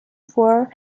for